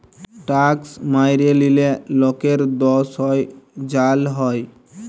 tax ম্যাইরে লিলে লকের দস হ্যয় জ্যাল হ্যয়